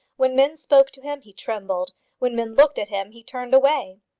when men spoke to him he trembled when men looked at him he turned away.